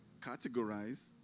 categorize